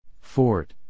Fort